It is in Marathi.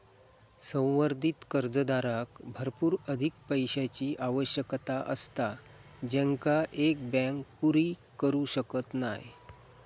संवर्धित कर्जदाराक भरपूर अधिक पैशाची आवश्यकता असता जेंका एक बँक पुरी करू शकत नाय